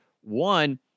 One